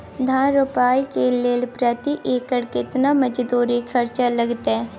धान रोपय के लेल प्रति एकर केतना मजदूरी खर्चा लागतेय?